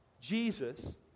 Jesus